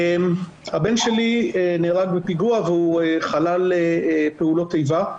הבן שלי נהרג בפיגוע והוא חלל פעולות איבה.